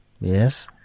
Yes